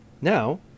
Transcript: Now